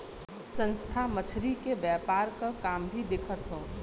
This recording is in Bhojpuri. संस्था मछरी के व्यापार क काम भी देखत हौ